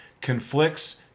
conflicts